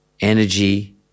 energy